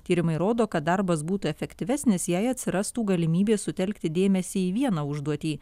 tyrimai rodo kad darbas būtų efektyvesnis jei atsirastų galimybė sutelkti dėmesį į vieną užduotį